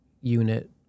unit